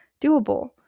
doable